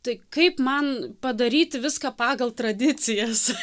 tai kaip man padaryti viską pagal tradicijas